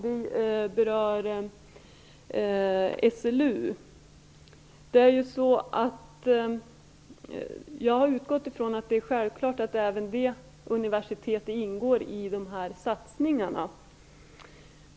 Den berör SLU. Jag har utgått från att det är självklart att även det universitetet ingår i de här satsningarna.